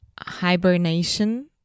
hibernation